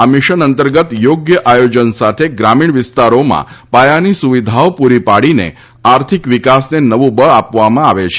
આ મિશન અંતર્ગત યોગ્ય આયોજન સાથે ગ્રામીણ વિસ્તારોમાં પાયાની સુવિધાઓ પૂરી પાડીને આર્થિક વિકાસને નવુ બળ આપવામાં આવે છે